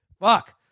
Fuck